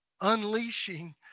unleashing